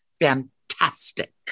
fantastic